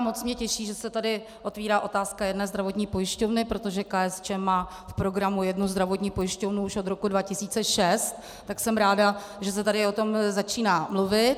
Moc mě těší, že se tady otevírá otázka jedné zdravotní pojišťovny, protože KSČM má v programu jednu zdravotní pojišťovnu už od roku 2006, tak jsem ráda, že se tady o tom začíná mluvit.